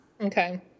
Okay